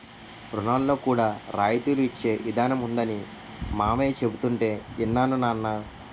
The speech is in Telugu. రుణాల్లో కూడా రాయితీలు ఇచ్చే ఇదానం ఉందనీ మావయ్య చెబుతుంటే యిన్నాను నాన్నా